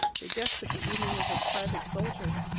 the guest of the evening was a private soldier.